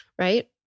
Right